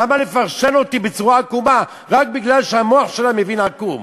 אז למה לפרשן אותי בצורה עקומה רק מפני שהמוח שלה מבין עקום?